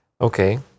Okay